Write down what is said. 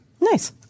Nice